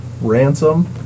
ransom